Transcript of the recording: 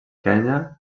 kenya